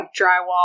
drywall